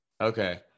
Okay